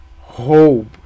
hope